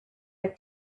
like